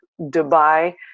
Dubai